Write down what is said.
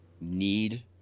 need